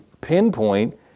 pinpoint